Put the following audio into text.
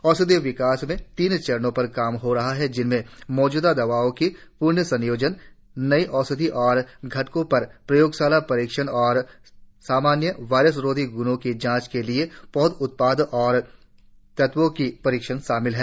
औषधि विकास में तीन चरणों पर काम हो रहा है जिसमें मौजूदा दवाओं का प्नसंयोजन नई औषधि और घटकों पर प्रयोगशाला परीक्षण और सामान्य वायरस रोधी ग्रणों की जांच के लिए पौध उत्पाद और तत्वों का परीक्षण शामिल है